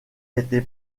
été